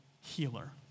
healer